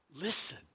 Listen